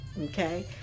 okay